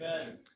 Amen